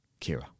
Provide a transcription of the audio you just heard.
Kira